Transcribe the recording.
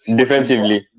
defensively